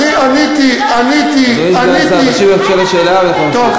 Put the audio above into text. אדוני סגן השר, תשיב בבקשה על השאלה, ותמשיך.